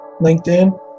LinkedIn